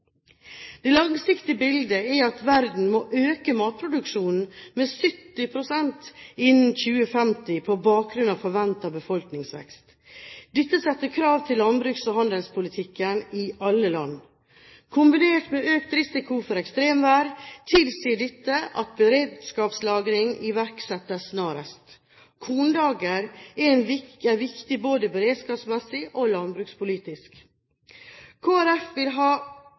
Det langsiktige bildet er at verden må øke matproduksjonen med 70 pst. innen 2050 på bakgrunn av forventet befolkningsvekst. Dette setter krav til landsbruks- og handelspolitikken i alle land. Kombinert med økt risiko for ekstremvær tilsier dette at beredskapslagring iverksettes snarest. Kornlager er viktig både beredskapsmessig og landbrukspolitisk. Kristelig Folkeparti vil ha